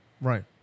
right